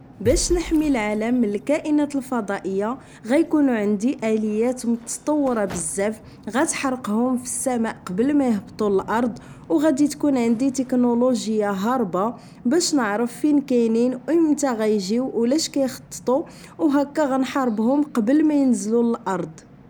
باش نحمي العالم من الكائنات الفضائية غيكونو عندي ٱليات متطورة بزاف غتحرقهم فالسماء قبل ما يهبطو الارض و غادي تكون عندي تكنولوجيا هاربة باش نعرف فين كاينين و امتى غيجيو و لاش كيخططو و وهكا غنحاربهم قبل ما ينزلو للارض